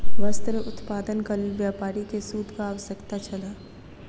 वस्त्र उत्पादनक लेल व्यापारी के सूतक आवश्यकता छल